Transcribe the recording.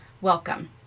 Welcome